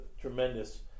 tremendous